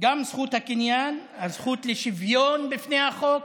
גם זכות הקניין, הזכות לשוויון בפני החוק,